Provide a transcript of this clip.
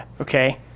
Okay